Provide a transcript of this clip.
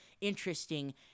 interesting